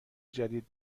جدید